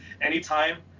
Anytime